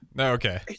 Okay